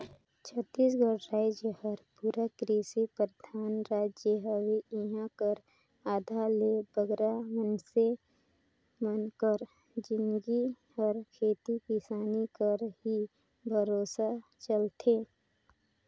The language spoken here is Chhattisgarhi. छत्तीसगढ़ राएज हर पूरा किरसी परधान राएज हवे इहां कर आधा ले बगरा मइनसे मन कर जिनगी हर खेती किसानी कर ही भरोसे चलथे